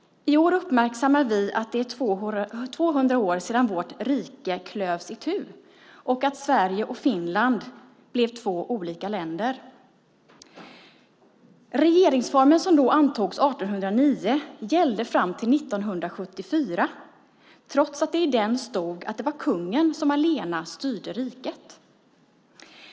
I år uppmärksammar vi att det är 200 år sedan vårt rike klövs itu och Sverige och Finland blev två olika länder. Regeringsformen som då antogs 1809 gällde fram till 1974 trots att det i den stod att det var kungen som allena styrde riket.